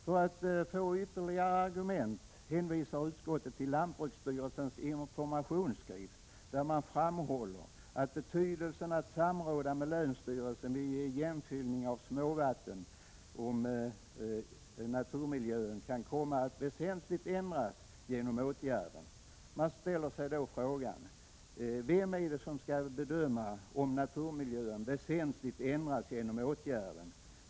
För att få ytterligare argument hänvisar utskottet till lantbruksstyrelsens informationsskrift, där man framhåller att samråd med länsstyrelsen krävs vid igenfyllning av småvatten, om naturmiljön kan komma att väsentligt ändras genom åtgärden. Man ställer sig då frågan: Vem skall bedöma om naturmiljön väsentligt ändras genom åtgärden?